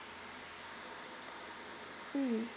mm